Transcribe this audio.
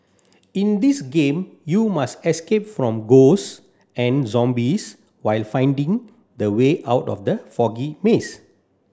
in this game you must escape from ghosts and zombies while finding the way out of the foggy maze